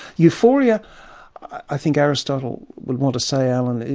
euphoria i think aristotle would want to say, alan,